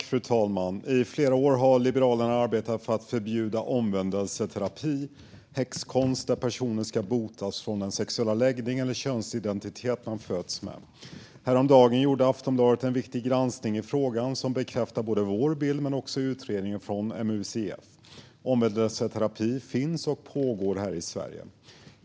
Fru talman! I flera år har Liberalerna arbetat för att förbjuda omvändelseterapi, alltså häxkonst där personer ska botas från den sexuella läggning eller könsidentitet som de föds med. Häromdagen gjorde Aftonbladet en viktig granskning i frågan som bekräftar både vår bild och slutsatserna i utredningen från MUCF. Omvändelseterapi finns och pågår här i Sverige.